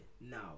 now